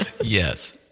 Yes